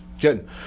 Good